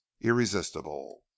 irresistible